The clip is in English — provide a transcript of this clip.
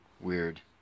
weird